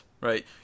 right